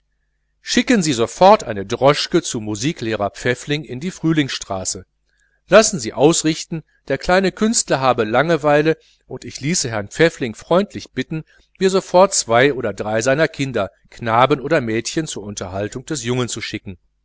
schicken sie sofort eine droschke zu musiklehrer pfäffling in die frühlingsstraße lassen sie ausrichten der kleine künstler habe langeweile und ich ließe herrn pfäffling freundlich bitten mir sofort zwei oder drei seiner kinder knaben oder mädchen zur unterhaltung des jungen zu schicken